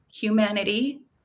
humanity